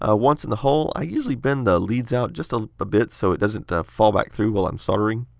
ah once in the hole, i usually bend the leads out just a ah bit so it doesn't fall back through while i'm soldering.